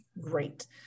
great